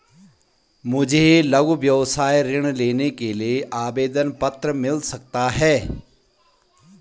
मुझे लघु व्यवसाय ऋण लेने के लिए आवेदन पत्र मिल सकता है?